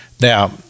Now